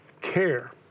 care